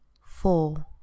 Four